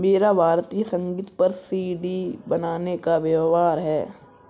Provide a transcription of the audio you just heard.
मेरा भारतीय संगीत पर सी.डी बनाने का व्यापार है